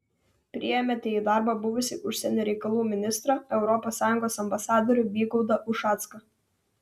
priėmėte į darbą buvusį užsienio reikalų ministrą europos sąjungos ambasadorių vygaudą ušacką